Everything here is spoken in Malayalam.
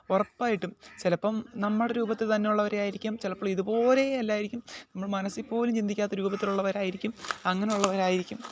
ഉറപ്പായിട്ടും ചിലപ്പം നമ്മുടെ രൂപത്തിൽ തന്ന ഉള്ളവരെ ആയായിരിക്കാം ചിലപ്പോൾ ഇതുപോലേ അല്ലായിരിക്കും നമ്മൾ മനസ്സിൽ പോലും ചിന്തിക്കാത്ത രൂപത്തിലുള്ളവർ ആയിരിക്കും അങ്ങനെയുള്ളവർ ആയിരിക്കും